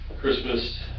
Christmas